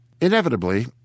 Inevitably